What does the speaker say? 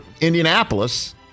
Indianapolis